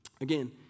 Again